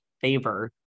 favor